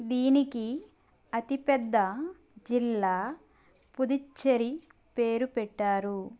దీనికి అతి పెద్ద జిల్లా పుదుచ్చెరి పేరు పెట్టారు